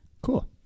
Cool